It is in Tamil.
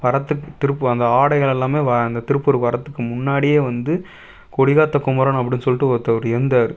வரத்துக் திருப் அந்த ஆடைகள் எல்லாம் வ அந்தத் திருப்பூர் வரதுக்கு முன்னாடியே வந்து கொடிகாத்த குமரன் அப்படினு சொல்லிட்டு ஒருத்தவர் இருந்தார்